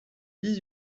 dix